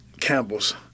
Campbell's